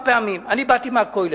ואז לא הכירו אותי,